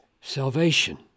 salvation